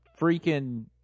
freaking